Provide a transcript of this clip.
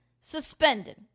suspended